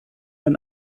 dann